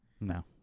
No